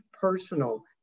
personal